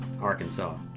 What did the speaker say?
Arkansas